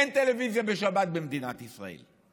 אין טלוויזיה בשבת במדינת ישראל.